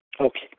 Okay